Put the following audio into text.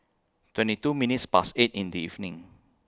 twenty two minutes Past eight in The evening